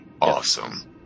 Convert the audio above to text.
Awesome